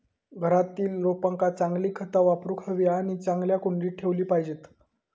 घरातील रोपांका चांगली खता वापरूक हवी आणि चांगल्या कुंडीत ठेवली पाहिजेत